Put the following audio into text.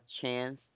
chance